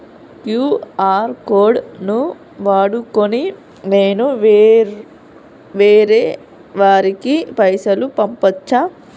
QR code ను వాడుకొని నేను వేరే వారికి పైసలు పంపచ్చా?